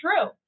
true